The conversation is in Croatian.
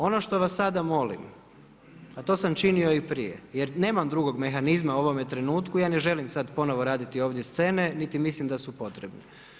Ovo što vas sada molim, a to sam činio i prije jer nemam drugog mehanizma u ovome trenutku ja ne želim sada ponovo ovdje raditi scene niti mislim da su potrebne.